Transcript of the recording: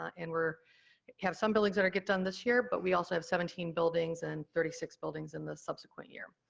and we're have some buildings that are gonna get done this year, but we also have seventeen buildings and thirty six buildings in the subsequent year.